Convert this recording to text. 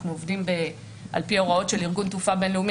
אנחנו עובדים על פי הוראות של ארגון תעופה בין-לאומי,